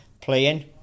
playing